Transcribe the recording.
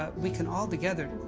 ah we can all together,